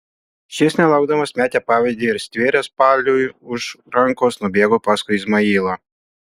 šis nelaukdamas metė pavadį ir stvėręs paliui už rankos nubėgo paskui izmailą